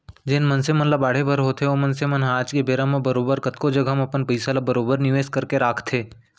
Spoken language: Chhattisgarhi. जेन मनसे मन ल बाढ़े बर होथे ओ मनसे मन ह आज के बेरा म बरोबर कतको जघा म अपन पइसा ल बरोबर निवेस करके राखथें